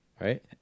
Right